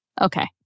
Okay